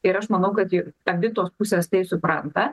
ir aš manau kad ji abi tos pusės tai supranta